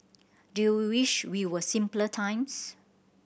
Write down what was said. do you wish we were simpler times